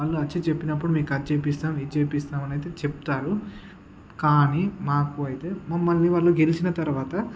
వాళ్ళు అచ్చి చెప్పినప్పుడు మీకు అది చేపిస్తాం ఇది చేపిస్తాం అనయితే చెప్తారు కానీ మాకు అయితే మమ్మల్ని వాళ్ళు గెలిచిన తర్వాత